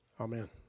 Amen